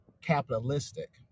capitalistic